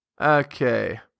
okay